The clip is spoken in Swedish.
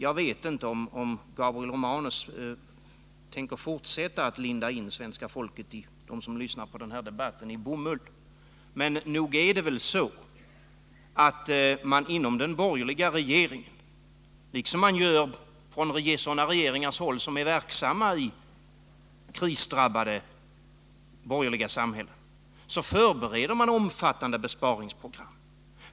Jag vet inte om Gabriel Romanus tänker fortsätta att linda in dem av svenska folket som lyssnar på den här debatten i bomull, men nog är det väl så att man inom den borgerliga regeringen — liksom man gör från sådana regeringars håll som är verksamma i krisdrabbade borgerliga samhällen — förbereder omfattande besparingsprogram.